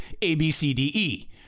ABCDE